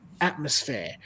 atmosphere